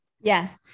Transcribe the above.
Yes